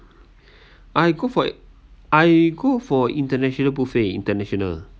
I go for I go for international buffet international